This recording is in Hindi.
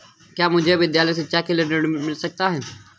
क्या मुझे विद्यालय शिक्षा के लिए ऋण मिल सकता है?